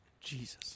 Jesus